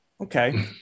okay